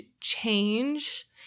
change